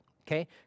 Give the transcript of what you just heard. Okay